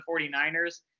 49ers